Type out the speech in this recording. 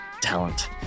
talent